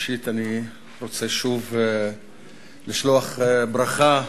ראשית אני רוצה שוב לשלוח ברכה